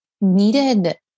needed